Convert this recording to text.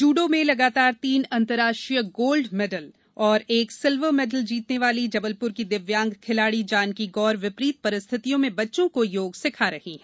जुड़ो में लगातार तीन अंतरराष्ट्रीय गोल्ड मेडल और एक सिल्वर मेडल जीतने वाली जबलपुर की दिव्यांग खिलाड़ी जानकी गौर विपरीत परिस्थितियों में बच्चों को योग सिखा रही हैं